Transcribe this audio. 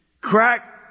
Crack